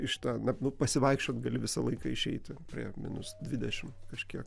iš na nu pasivaikščiot gali visą laiką išeiti prie minus dvidešimt kažkiek